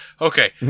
Okay